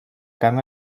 carn